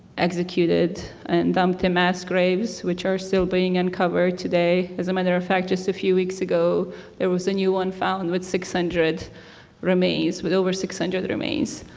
executed and dumped in mass graves which are still being uncovered today. as a matter of fact a few weeks ago there was a new one found with six hundred remains, with over six hundred remains.